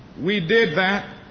we did that.